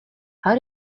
how